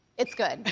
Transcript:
it's good,